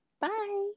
bye